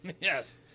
Yes